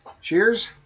cheers